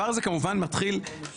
להגן על